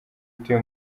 utuye